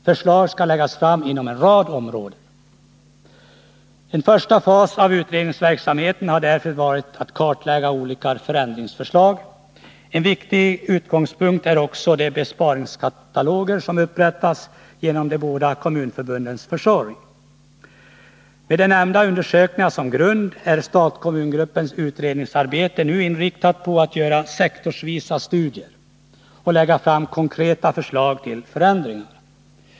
Förslag skall läggas fram inom en rad områden. En första fas av utredningsverksamheten har därför varit att kartlägga olika förändringsförslag. En viktig utgångspunkt är också de besparingskataloger som upprättats genom de båda kommunförbundens försorg. Med de nämnda undersökningarna som grund är stat-kommungruppens utredningsarbete nu inriktat på att göra sektorsvisa studier och lägga fram konkreta förslag till förändringar.